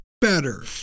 better